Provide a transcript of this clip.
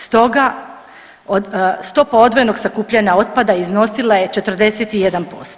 Stoga stopa odvojenog sakupljanja otpada iznosila je 41%